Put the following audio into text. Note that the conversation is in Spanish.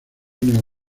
neo